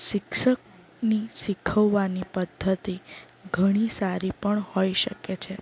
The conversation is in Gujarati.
શિક્ષકની શીખવવાની પદ્ધતિ ઘણી સારી પણ હોઇ શકે છે